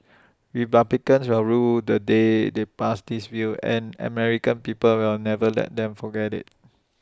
republicans will rue the day they passed this bill and American people will never let them forget IT